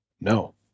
no